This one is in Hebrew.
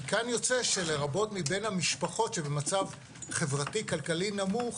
מכאן יוצא שלרבות מבין המשפחות שבמצב חברתי כלכלי נמוך,